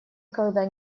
когда